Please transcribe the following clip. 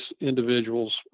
individuals